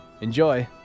Enjoy